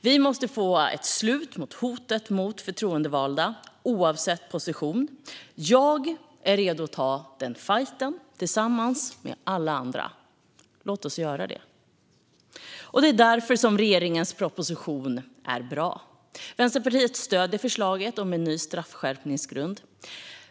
Vi måste få ett slut på hoten mot förtroendevalda, oavsett position. Jag är redo att ta denna fajt, tillsammans med alla andra. Låt oss göra det! Det är därför som regeringens proposition är bra. Vänsterpartiet stöder förslaget om en ny straffskärpningsgrund.